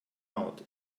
out